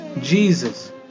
Jesus